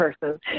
person